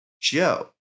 Joe